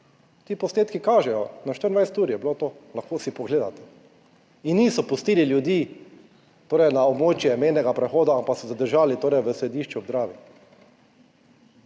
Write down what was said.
Ti posnetki kažejo, na 24 ur, je bilo to, lahko si pogledate. In niso pustili ljudi torej na območje mejnega prehoda, ampak so zadržali torej v Središču ob Dravi.